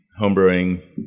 homebrewing